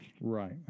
Right